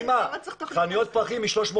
חנויות הפרחים בצו.